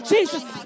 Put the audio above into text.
Jesus